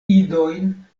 idojn